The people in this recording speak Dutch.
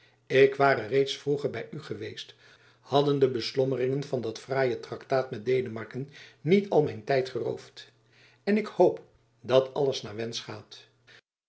ik ware reeds vroeger by u geweest hadden de beslommeringen van dat fraaie traktaat met denemarken niet al mijn tijd geroofd en ik hoop dat alles naar wensch gaat